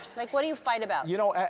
like what do you fight about. you know